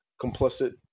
complicit